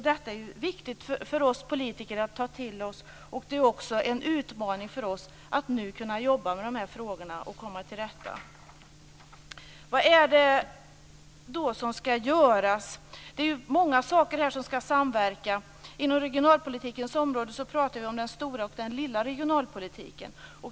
Det är viktigt för oss politiker att ta till oss detta, och det är också en utmaning för oss att nu jobba med dessa frågor och komma till rätta med dem. Vad ska då göras? Det är många saker som ska samverka. Inom regionalpolitikens område pratar vi om den stora och den lilla regionalpolitiken.